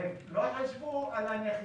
ולא חשבו על הנכים.